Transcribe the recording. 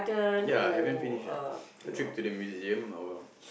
ya haven't finish yet a trip to the museum or